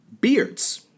Beards